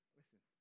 listen